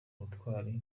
ubutwari